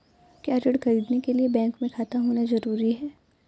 क्या ऋण ख़रीदने के लिए बैंक में खाता होना जरूरी है?